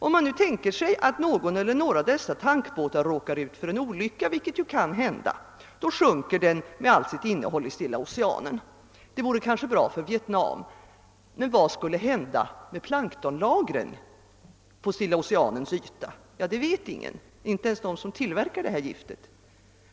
Om man nu tänker sig att någon eller några av dessa tankbåtar råkar ut för en olycka, vilket ju kan hända, så sjunker den med allt sitt innehåll i Stilla Oceanen. Det vore kanske bra för Vietnam, men vad skulle hända med planktonlagren på Stilla Oceanens yta? Det vet ingen, inte ens de som tillverkar detta gift.